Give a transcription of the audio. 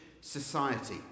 society